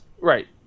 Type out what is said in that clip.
right